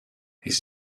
his